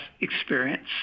experience